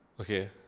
Okay